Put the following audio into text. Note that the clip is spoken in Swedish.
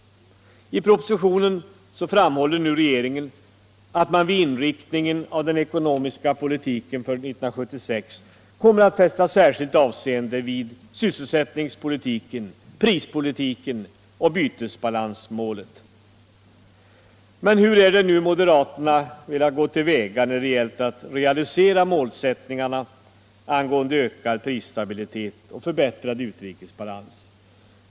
I propositionen framhåller regeringen att man vid inriktningen av den ekonomiska politiken för 1976 kommer att fästa särskilt avseende vid sysselsättningspolitiken, prispolitiken och bytesbalansmålet. Men hur är det nu moderaterna har velat gå till väga när det gällt att realisera målsättningen angående ökad prisstabilitet och förbättrad utrikesbalans?